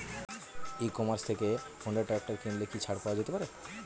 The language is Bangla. ই কমার্স থেকে হোন্ডা ট্রাকটার কিনলে কি ছাড় পাওয়া যেতে পারে?